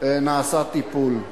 נעשה טיפול.